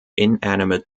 inanimate